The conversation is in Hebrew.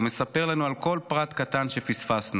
ומספר לנו על כל פרט קטן שפספסנו.